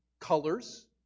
colors